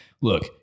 Look